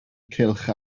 cylch